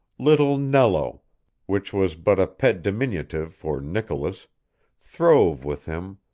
little nello which was but a pet diminutive for nicolas throve with him,